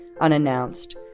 unannounced